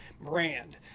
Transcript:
brand